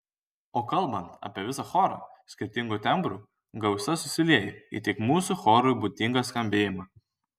o kalbant apie visą chorą skirtingų tembrų gausa susilieja į tik mūsų chorui būdingą skambėjimą